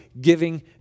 giving